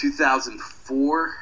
2004